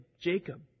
Jacob